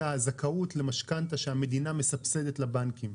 הזכאות למשכנתא שהמדינה מסבסדת לבנקים.